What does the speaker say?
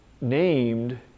named